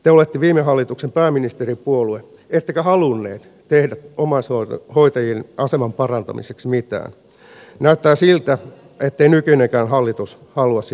te olitte viime hallituksen pääministeripuolue ettekä halunneet tehdä omaishoitajien aseman parantamiseksi mitään ja näyttää siltä ettei nykyinenkään hallitus halua sitä tehdä